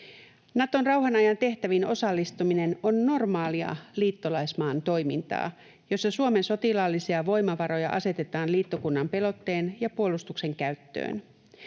Naton rauhanajan tehtäviin osallistuminen on normaalia liittolaismaan toimintaa, jossa Suomen sotilaallisia voimavaroja asetetaan liittokunnan pelotteen ja puolustuksen käyttöön.